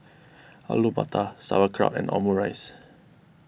Alu Matar Sauerkraut and Omurice